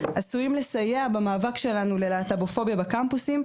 עשויים לסייע למאבק שלנו בלהט"בופוביה בקמפוסים,